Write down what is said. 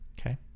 Okay